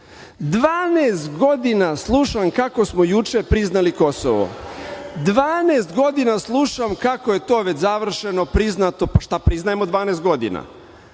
godina slušam kako smo juče priznali Kosovo. Dvanaest godina slušam kako je to već završeno, priznato, pa šta priznajemo dvanaest godina?